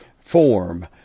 form